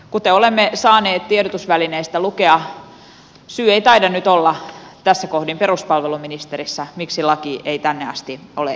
kuten olemme saaneet tiedotusvälineistä lukea syy ei taida nyt olla tässä kohdin peruspalveluministerissä miksi laki ei tänne asti ole edennyt